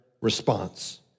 response